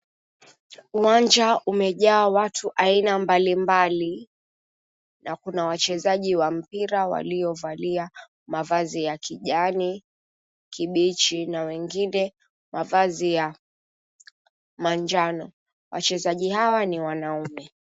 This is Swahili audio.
Uwanja umejaa watu aina mbalimbali na kuna wachezaji wa mpira waliovalia mavazi ya kijani kibichi na wengine mavazi ya manjano. Wachezaji hawa ni wanaume.